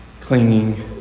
Clinging